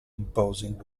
imposing